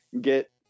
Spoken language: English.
get